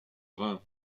rhin